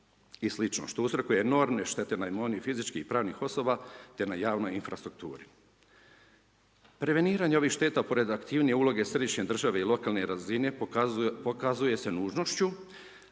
i sl., što uzrokuje enormne štete na imovini i fizičkih i pravnih osoba, te na javnoj infrastrukturi. Prevenirane ovih šteta pored aktivnijih uloga središnje države i lokalne razine, pokazuje se nužnošću,